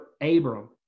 Abram